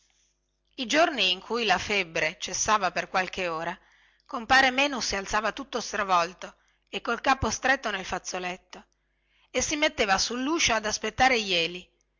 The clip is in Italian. i giorni in cui la febbre cessava per qualche ora compare menu si alzava tutto stravolto e col capo stretto nel fazzoletto e si metteva sulluscio ad aspettare jeli